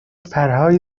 پرهای